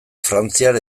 frantziar